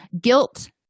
Guilt